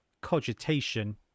cogitation